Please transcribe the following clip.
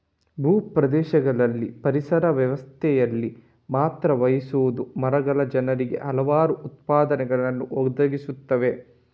ಭೂ ಪ್ರದೇಶಗಳಲ್ಲಿ ಪರಿಸರ ವ್ಯವಸ್ಥೆಯಲ್ಲಿ ಪಾತ್ರ ವಹಿಸುವ ಮರಗಳು ಜನರಿಗೆ ಹಲವಾರು ಉತ್ಪನ್ನಗಳನ್ನು ಒದಗಿಸುತ್ತವೆ